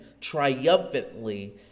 triumphantly